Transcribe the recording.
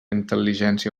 intel·ligència